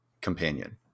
companion